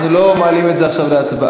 אנחנו לא מעלים את זה עכשיו להצבעה.